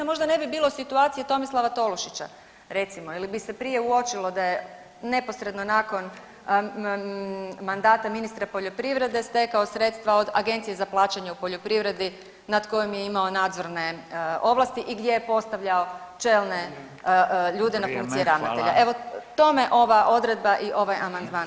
Možda ne bi bilo situacije Tomislava Tolušića recimo ili bi se prije uočilo da je neposredno nakon mandata ministra poljoprivrede stekao sredstva od Agencije za plaćanje u poljoprivredi nad kojim je imao nadzorne ovlasti i gdje je postavljao čelne ljude na funkcije ravnatelja [[Upadica: Vrijeme, hvala]] Evo, tome ova odredba i ovaj amandman služe.